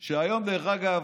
שהיום, דרך אגב,